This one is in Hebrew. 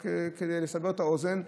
רק כדי לסבר את האוזן,